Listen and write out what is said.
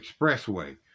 expressway